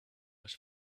was